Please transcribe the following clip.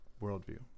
worldview